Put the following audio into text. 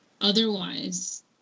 otherwise